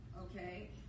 okay